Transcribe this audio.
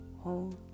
Hold